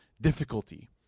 difficulty